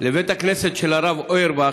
לבית הכנסת של הרב אוירבך,